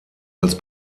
als